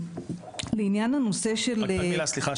לעניין הנושא של -- רק שאלה סליחה,